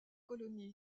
colonies